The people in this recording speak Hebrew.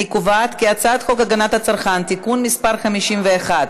אני קובעת כי הצעת חוק הגנת הצרכן (תיקון מס' 51),